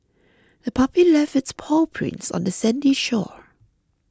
the puppy left its paw prints on the sandy shore